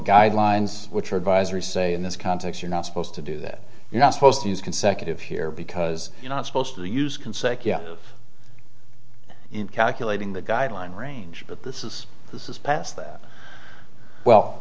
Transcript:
guidelines which are advisory say in this context you're not supposed to do that you're not supposed to use consecutive here because you're not supposed to use consecutive calculating the guideline range but this is this is passed that well